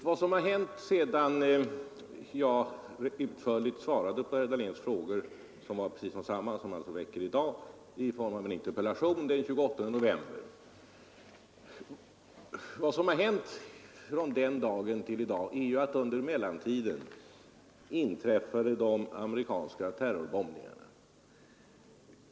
Vad som har hänt sedan jag rätt utförligt svarade på herr Dahléns frågor, som alltså är precis desamma som dem han väckte i form av en interpellation den 28 november, är insättandet av de amerikanska terrorbombningarna.